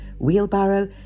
wheelbarrow